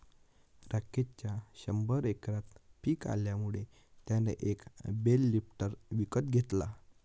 राकेशच्या शंभर एकरात पिक आल्यामुळे त्याने एक बेल लिफ्टर विकत घेतला